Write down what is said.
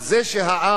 אבל זה שהעם